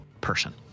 person